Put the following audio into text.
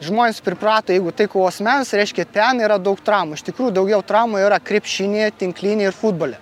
žmonės priprato jeigu tai kovos menas reiškia ten yra daug traumų iš tikrųjų daugiau traumų yra krepšinyje tinkliny ir futbole